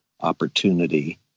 opportunity